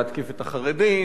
להתקיף את החרדים,